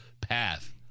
path